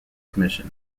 commission